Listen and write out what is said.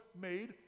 made